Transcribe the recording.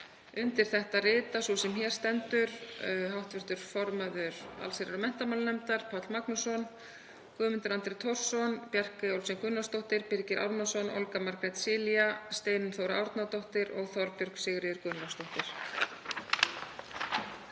Undir þetta rita sú sem hér stendur, hv. formaður allsherjar- og menntamálanefndar, Páll Magnússon, Guðmundur Andri Thorsson, Bjarkey Olsen Gunnarsdóttir, Birgir Ármannsson, Olga Margrét Cilia, Steinunn Þóra Árnadóttir og Þorbjörg Sigríður Gunnlaugsdóttir.